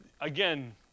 again